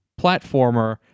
platformer